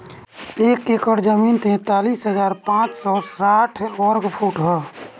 एक एकड़ जमीन तैंतालीस हजार पांच सौ साठ वर्ग फुट ह